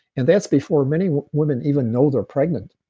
and that's before many women even know they're pregnant.